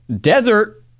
Desert